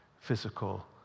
physical